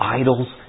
idols